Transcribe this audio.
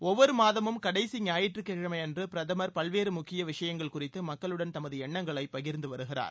ஒவ்வொரு மாதமும் கடைசி ஞாயிற்றுக்கிழமை அன்று பிரதம் பல்வேறு முக்கிய விஷயங்கள் குறித்து மக்களுடன் தமது எண்ணங்களை பகிர்ந்து வருகிறார்